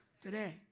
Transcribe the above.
Today